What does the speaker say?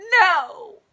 No